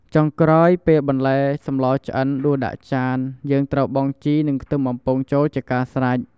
ចុងក្រោយ ពេលបន្លែសម្លឆ្អិនដួសដាក់ចាន យើងត្រូវបង់ជីនិងខ្ទឹមបំពងចូលជាការស្រេច។